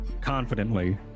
confidently